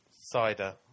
cider